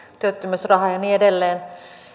työttömyysrahan ja niin edelleen